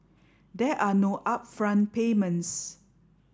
there are no upfront payments